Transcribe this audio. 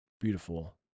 beautiful